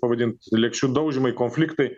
pavadint lėkščių daužymai konfliktai